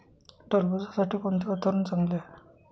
टरबूजासाठी कोणते वातावरण चांगले आहे?